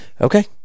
Okay